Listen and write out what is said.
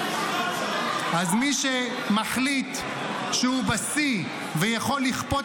--- אז מי שמחליט שהוא בשיא ויכול לכפות